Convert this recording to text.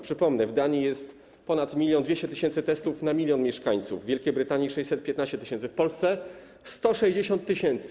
Przypomnę: w Danii jest ponad 1200 tys. testów na 1 mln mieszkańców, w Wielkiej Brytanii - 615 tys., w Polsce - 160 tys.